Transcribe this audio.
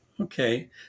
Okay